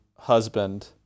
husband